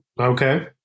Okay